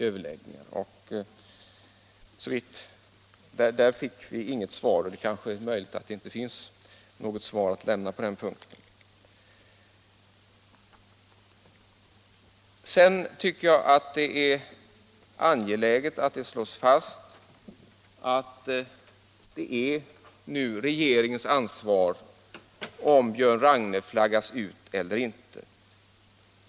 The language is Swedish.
Jag fick inget svar på detta; och det kanske inte finns något svar att lämna på den punkten. Jag vill slå fast att det nu är regeringens ansvar om Björn Ragne flaggas ut eller inte.